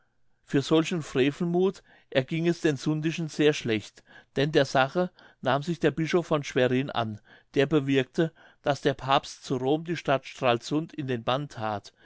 für solchen frevelmuth erging es den sundischen sehr schlecht denn der sache nahm sich der bischof von schwerin an der bewirkte daß der papst zu rom die stadt stralsund in den bann that